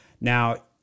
Now